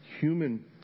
human